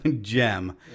gem